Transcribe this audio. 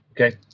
Okay